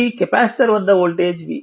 ఇది కెపాసిటర్ వద్ద voltage v